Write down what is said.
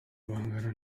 guhangana